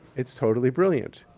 it's totally brilliant.